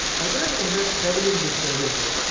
i wouldn't invest heavily in this service, though,